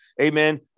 Amen